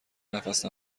نفس